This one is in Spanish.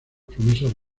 promesas